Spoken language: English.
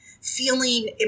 feeling